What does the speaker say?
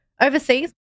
overseas